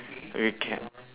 okay can